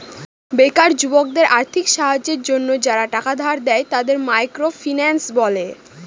বেকার যুবকদের আর্থিক সাহায্যের জন্য যারা টাকা ধার দেয়, তাদের মাইক্রো ফিন্যান্স বলে